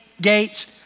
gates